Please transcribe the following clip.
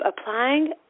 applying